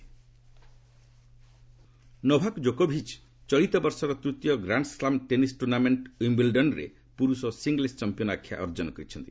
Wimbledon Novak ଜୋକୋଭିଚ୍ ଚଳିତବର୍ଷର ତୃତୀୟ ଗ୍ରାଣ୍ଡସ୍କାମ୍ ଟେନିସ୍ ଟୁର୍ଣ୍ଣାମେଣ୍ଟ ଓ୍ୱିମ୍ବିଲଡନ୍ରେ ପୁରୁଷ ସିଙ୍ଗଲ୍କ ଚମ୍ପିଆନ୍ ଆଖ୍ୟା ଅର୍ଜନ କରିଛନ୍ତି